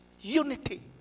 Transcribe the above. unity